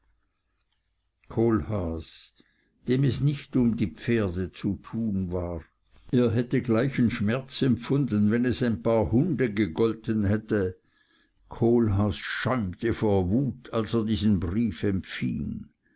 kohlhaas dem es nicht um die pferde zu tun war er hätte gleichen schmerz empfunden wenn es ein paar hunde gegolten hätte kohlhaas schäumte vor wut als er diesen brief